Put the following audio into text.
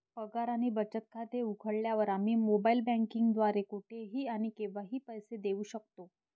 पगार आणि बचत खाते उघडल्यावर, आम्ही मोबाइल बँकिंग द्वारे कुठेही आणि केव्हाही पैसे देऊ शकतो